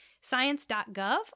Science.gov